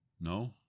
No